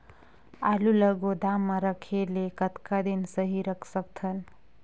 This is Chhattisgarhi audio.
आलू ल गोदाम म रखे ले कतका दिन सही रख सकथन?